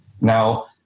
Now